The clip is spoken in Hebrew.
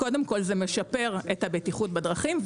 קודם כל זה משפר את הבטיחות בדרכים,